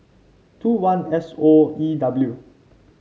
two one S O E W